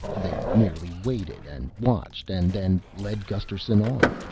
they merely waited and watched and then led gusterson on.